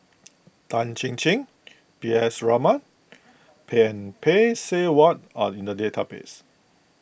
Tan Chin Chin P S Raman pang Phay Seng Whatt are in the database